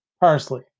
Parsley